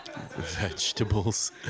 Vegetables